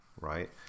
right